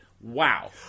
wow